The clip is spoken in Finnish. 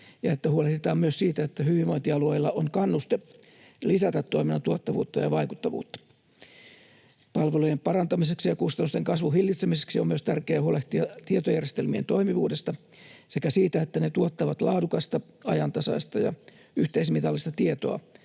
huolehditaan myös siitä, että hyvinvointialueilla on kannuste lisätä toiminnan tuottavuutta ja vaikuttavuutta. Palvelujen parantamiseksi ja kustannusten kasvun hillitsemiseksi on myös tärkeää huolehtia tietojärjestelmien toimivuudesta sekä siitä, että ne tuottavat laadukasta, ajantasaista ja yhteismitallista tietoa